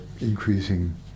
increasing